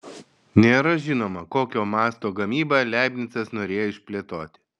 nėra žinoma kokio masto gamybą leibnicas norėjo išplėtoti